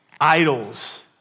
idols